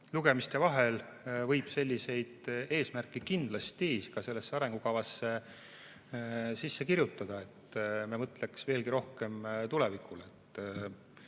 lugemiste vahel võib selliseid eesmärke kindlasti arengukavasse sisse kirjutada, et me mõtleksime veelgi rohkem tulevikule.